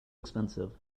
expensive